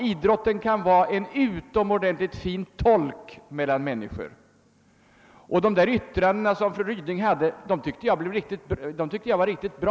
Idrotten kan vara en naturlig tolk mellan människor. De uttalanden av mig fru Ryding citerade tyckte jag för övrigt var riktigt bra.